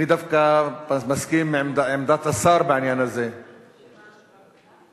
אני דווקא מסכים לעמדת השר בעניין הזה, אמנון.